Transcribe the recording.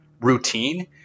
routine